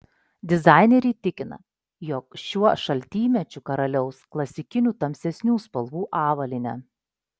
dizaineriai tikina jog šiuo šaltymečiu karaliaus klasikinių tamsesnių spalvų avalynė